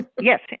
Yes